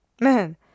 man